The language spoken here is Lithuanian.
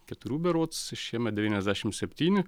keturių berods šiemet devyniasdešim septyni